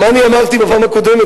מה אמרתי בפעם הקודמת,